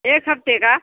एक हफ्ते का